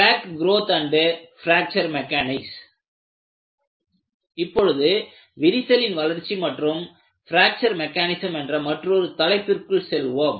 crack growth and fracture mechanism இப்பொழுது விரிசலின் வளர்ச்சி மற்றும் பிராக்சர் மெக்கானிசம் என்ற மற்றொரு தலைப்பிற்குள் செல்வோம்